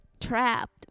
trapped